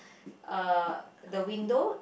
uh the window